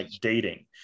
dating